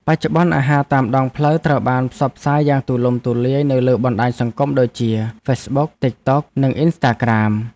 បច្ចុប្បន្នអាហារតាមដងផ្លូវត្រូវបានផ្សព្វផ្សាយយ៉ាងទូលំទូលាយនៅលើបណ្ដាញសង្គមដូចជា ហ្វេសប៊ុក ទិកតុក និងអ៊ីនស្តាក្រាម។